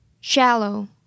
Shallow